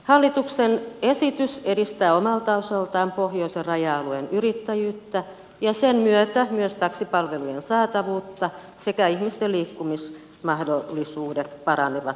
hallituksen esitys edistää omalta osaltaan pohjoisen raja alueen yrittäjyyttä ja sen myötä myös taksipalvelujen saatavuutta sekä ihmisten liikkumismahdollisuudet paranevat raja alueella